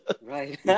Right